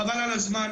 חבל על הזמן.